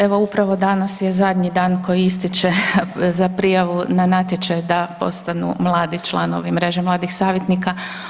Evo, upravo danas je zadnji dan koji istječe za prijavu na natječaj da postanu mladi članovi Mreže mladih savjetnika.